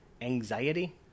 anxiety